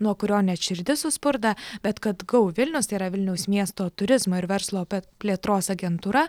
nuo kurio net širdis suspurda bet kad gal go vilnius yra vilniaus miesto turizmo ir verslo plėtros agentūra